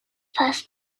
first